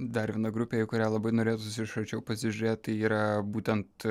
dar viena grupė į kurią labai norėtųsi iš arčiau pasižiūrėti tai yra būtent